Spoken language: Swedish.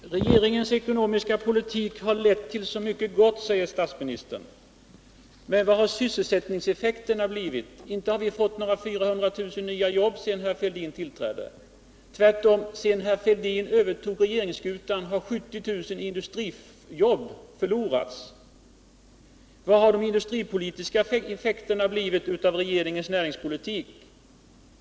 Herr talman! Regeringens ekonomiska politik har lett till så mycket gott, säger statsministern. Men vad har det blivit för sysselsättningseffekter? Inte har vi fått några 400 000 nya jobb sedan herr Fälldin tillträdde. Tvärtom. Sedan herr Fälldin övertog regeringsskutan har 70 000 industrijobb gått förlorade. Och vad har de industripolitiska effekterna blivit av regeringens näringspolitik?